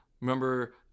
remember